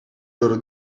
loro